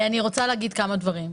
אני רוצה להגיד כמה דברים.